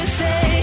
say